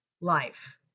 life